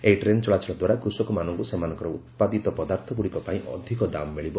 ଏହି ଟ୍ରେନ୍ ଚଳାଚଳ ଦ୍ୱାରା କୃଷକମାନଙ୍କୁ ସେମାନଙ୍କର ଉତ୍ପାଦିତ ପଦାର୍ଥଗୁଡ଼ିକ ପାଇଁ ଅଧିକ ଦାମ୍ ମିଳିବ